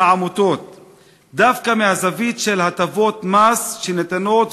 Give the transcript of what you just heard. העמותות דווקא מהזווית של הטבות מס שניתנות,